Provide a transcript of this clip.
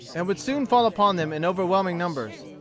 and would soon fall upon them in overwhelming numbers.